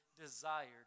desired